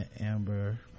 amber